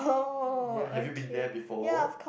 have you been there before